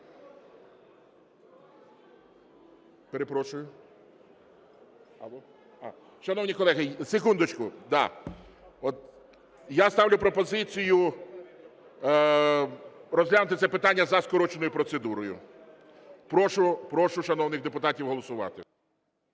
Перепрошую? Шановні колеги, секундочку, да. Я ставлю пропозицію розглянути це питання за скороченою процедурою. Прошу шановних депутатів голосувати.